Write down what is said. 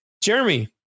Jeremy